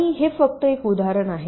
आणि हे फक्त एक उदाहरण आहे